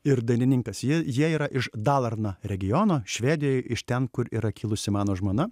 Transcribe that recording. ir dainininkas jie jie yra iš dalarna regiono švedijoj iš ten kur yra kilusi mano žmona